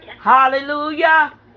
Hallelujah